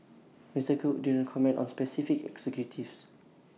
Mister cook didn't comment on specific executives